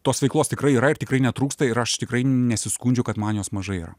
tos veiklos tikrai yra ir tikrai netrūksta ir aš tikrai nesiskundžiu kad man jos mažai yra